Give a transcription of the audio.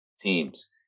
teams